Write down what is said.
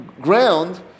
ground